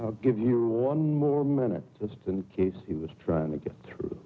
and give you one more minute just in case he was trying to get through